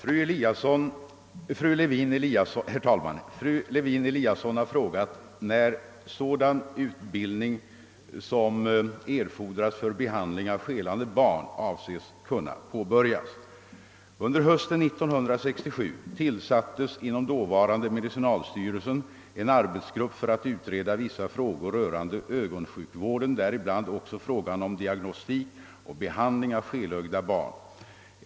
Herr talman! Fru Lewén-Eliasson har frågat när sådan utbildning som erfordras för behandling av skelande barn avses kunna påbörjas. Under hösten 1967 tillsattes inom dåvarande medicinalstyrelsen en arbetsgrupp för att utreda vissa frågor rörande ögonsjukvården, däribland också frågan om diagnostik och behandling av skelögda barn.